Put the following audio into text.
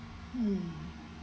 um